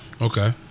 Okay